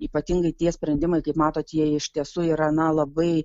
ypatingai tie sprendimai kaip matot jie iš tiesų yra na labai